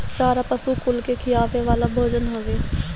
चारा पशु कुल के खियावे वाला भोजन हवे